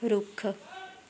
ਰੁੱਖ